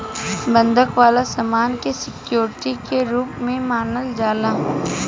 बंधक वाला सामान के सिक्योरिटी के रूप में मानल जाला